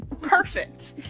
Perfect